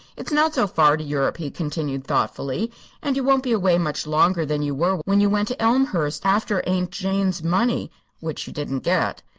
it's not so far to europe, he continued, thoughtfully, and you won't be away much longer than you were when you went to elmhurst after aunt jane's money which you didn't get.